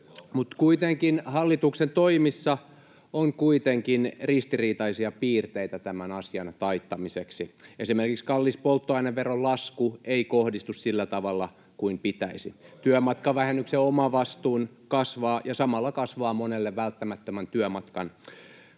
Mutta hallituksen toimissa on kuitenkin ristiriitaisia piirteitä tämän asian taittamiseksi. Esimerkiksi kallis polttoaineveron lasku ei kohdistu sillä tavalla kuin pitäisi. Työmatkavähennyksen omavastuu kasvaa, ja samalla kasvaa monelle välttämättömän työmatkan kulut.